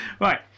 Right